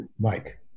Mike